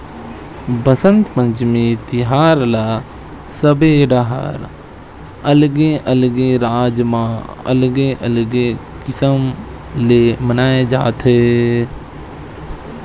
बसंत पंचमी तिहार ल सबे डहर अलगे अलगे राज म अलगे अलगे किसम ले मनाए जाथे